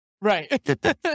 Right